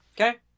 Okay